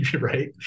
right